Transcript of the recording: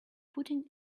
putting